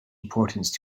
importance